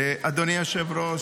אדוני היושב-ראש,